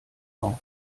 auf